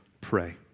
pray